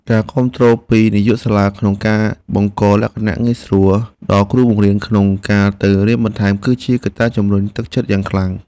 ការគាំទ្រពីនាយកសាលាក្នុងការបង្កលក្ខណៈងាយស្រួលដល់គ្រូបង្រៀនក្នុងការទៅរៀនបន្ថែមគឺជាកត្តាជំរុញទឹកចិត្តយ៉ាងខ្លាំង។